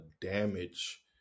damage